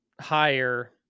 higher